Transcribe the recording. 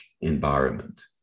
environment